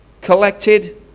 collected